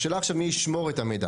השאלה עכשיו מי ישמור את המידע.